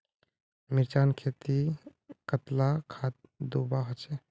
मिर्चान खेतीत कतला खाद दूबा होचे?